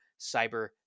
cyber